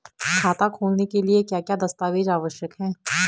खाता खोलने के लिए क्या क्या दस्तावेज़ आवश्यक हैं?